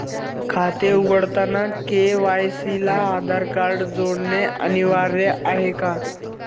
खाते उघडताना के.वाय.सी ला आधार कार्ड जोडणे अनिवार्य आहे का?